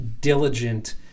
diligent